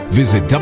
visit